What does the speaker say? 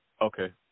Okay